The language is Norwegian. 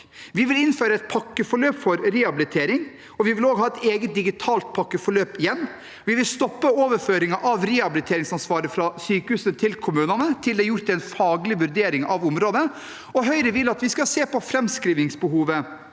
Vi vil innføre et pakkeforløp for rehabilitering, og vi vil også ha et eget digitalt pakkeforløp hjem. Vi vil stoppe overføringen av rehabiliteringsansvaret fra sykehusene til kommunene til det er gjort en faglig vurdering av området, og Høyre vil at vi skal se på framskrivingsbehovet